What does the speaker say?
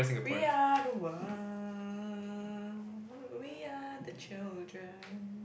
we are the world we are the children